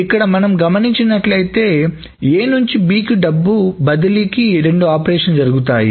ఇక్కడ మనం గమనించినట్లైతే A నుంచి B డబ్బు బదిలీకి రెండు ఆపరేషన్లు జరుగుతాయి